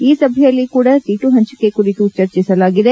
ಈ ಸಭೆಯಲ್ಲಿ ಕೂಡ ಸೀಟು ಹಂಚಿಕೆ ಕುರಿತು ಚರ್ಚೆಸಲಾಗಿದೆ